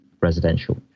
residential